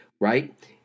right